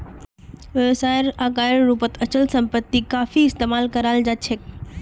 व्यवसायेर आकारेर रूपत अचल सम्पत्ति काफी इस्तमाल कराल जा छेक